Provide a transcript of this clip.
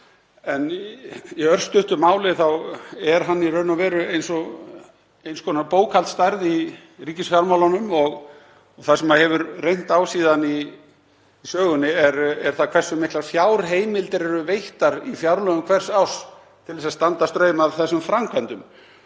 En í örstuttu máli þá er hann í raun eins konar bókhaldsstærð í ríkisfjármálunum. Það sem hefur reynt á í sögunni er það hversu miklar fjárheimildir eru veittar í fjárlögum hvers árs til þess að standa straum af þessum framkvæmdum.